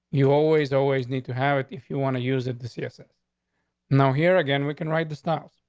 you always always need to have it if you want to use it. the css now here again, we can write the styles.